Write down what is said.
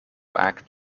act